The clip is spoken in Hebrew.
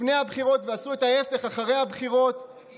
לפני הבחירות ועשו את ההפך אחרי הבחירות, נגיד